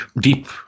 deep